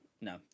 no